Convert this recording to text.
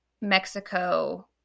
Mexico